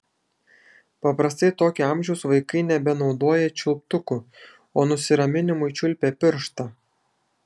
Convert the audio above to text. paprastai tokio amžiaus vaikai nebenaudoja čiulptukų o nusiraminimui čiulpia pirštą